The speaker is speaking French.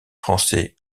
français